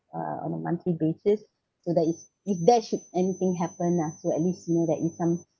uh on a monthly basis so there is if there should anything happen ah so at least you know that you've some uh